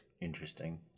interesting